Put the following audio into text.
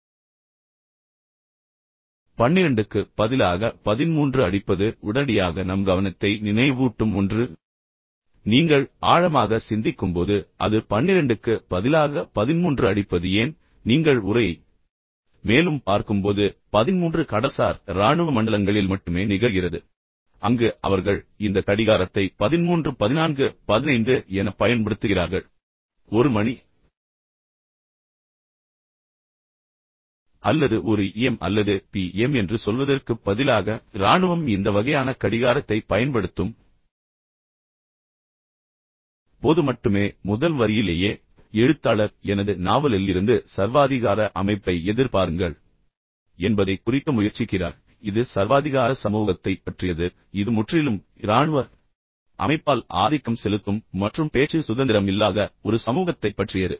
இப்போது பன்னிரண்டுக்கு பதிலாக பதின்மூன்று அடிப்பது உடனடியாக நம் கவனத்தை நினைவூட்டும் ஒன்று நீங்கள் ஆழமாக சிந்திக்கும்போது அது பன்னிரண்டுக்கு பதிலாக பதின்மூன்று அடிப்பது ஏன் பின்னர் நீங்கள் உரையை மேலும் பார்க்கும்போது பதின்மூன்று கடல்சார் இராணுவ மண்டலங்களில் மட்டுமே நிகழ்கிறது என்பதை நீங்கள் புரிந்துகொள்கிறீர்கள் அங்கு அவர்கள் இந்த கடிகாரத்தை பதின்மூன்று பதினான்கு பதினைந்து என பயன்படுத்துகிறார்கள் எனவே இப்போது ஒரு மணி அல்லது ஒரு ஏ எம் அல்ல பி எம் என்று சொல்வதற்குப் பதிலாக இராணுவம் இந்த வகையான கடிகாரத்தைப் பயன்படுத்தும் போது மட்டுமே முதல் வரியிலேயே எழுத்தாளர் எனது நாவலில் இருந்து சர்வாதிகார அமைப்பை எதிர்பாருங்கள் என்பதைக் குறிக்க முயற்சிக்கிறார் இது சர்வாதிகார சமூகத்தைப் பற்றியது இது முற்றிலும் இராணுவ அமைப்பால் ஆதிக்கம் செலுத்தும் மற்றும் பேச்சு சுதந்திரம் இல்லாத ஒரு சமூகத்தைப் பற்றியது